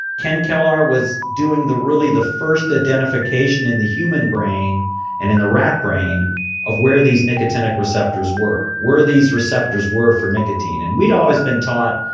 ken kellar was doing the really, the first identification in the human brain and in the rat brain of where these nicotinic receptors were. where these receptors were for nicotine. and we'd always been taught,